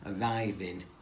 arriving